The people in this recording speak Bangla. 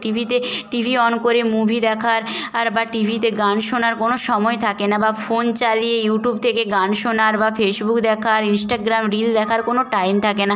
টিভিতে টিভি অন করে মুভি দেখার আর বা টিভিতে গান শোনার কোনো সময় থাকে না বা ফোন চালিয়ে ইউটিউব থেকে গান শোনার বা ফেসবুক দেখার ইনস্টাগ্রাম রিল দেখার কোনো টাইম থাকে না